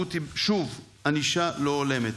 והמשמעות היא, שוב, ענישה לא הולמת.